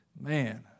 man